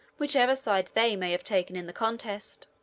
whichever side they may have taken in the contest.